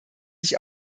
sich